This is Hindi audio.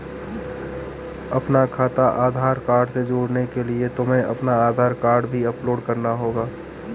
अपना खाता आधार कार्ड से जोड़ने के लिए तुम्हें अपना आधार कार्ड भी अपलोड करना होगा